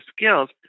skills